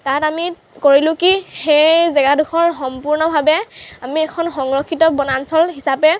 তাত আমি কৰিলোঁ কি সেই জেগাডোখৰ সম্পূৰ্ণভাৱে আমি এখন সংৰক্ষিত বনাঞ্চল হিচাপে